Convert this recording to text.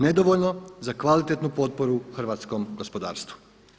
Nedovoljno za kvalitetnu potporu hrvatskom gospodarstvu.